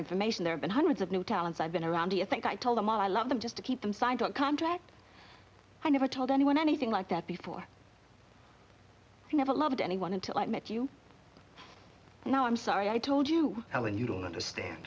information there been hundreds of new talents i've been around do you think i told them i love them just to keep them signed a contract i never told anyone anything like that before you never loved anyone until i met you now i'm sorry i told you helen you don't understand